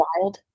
wild